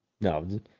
no